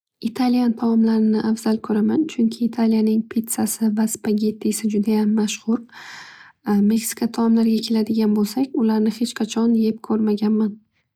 Italiyan taomlarini avzal ko'raman. Chunki italiyaning pitsasi va spagettisi judayam mashhur. Mexika taomlariga keladigan bo'lsak ularni hech qachon yeb ko'rmaganman.